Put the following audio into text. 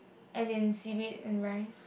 as in seaweed and rice